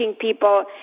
people